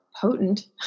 Potent